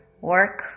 work